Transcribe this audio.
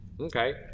Okay